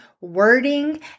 wording